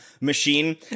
machine